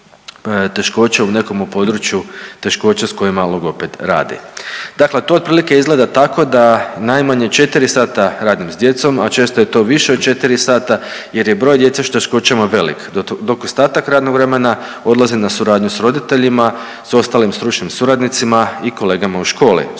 u nekom u području teškoća sa kojima logoped radi. Dakle, to otprilike izgleda tako da najmanje 4 sata radim sa djecom, a često je to više od 4 sata jer je broj djece sa teškoćama velik, dok ostatak radnog vremena odlazi na suradnju sa roditeljima, sa ostalim stručnim suradnicima i kolegama u školi,